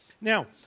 Now